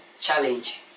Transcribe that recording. challenge